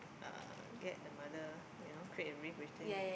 uh get the mother you know create a riff between